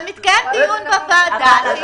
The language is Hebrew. אבל מתקיים דיון בוועדה.